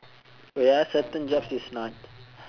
wait ah certain jobs is not